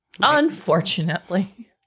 Unfortunately